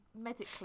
medically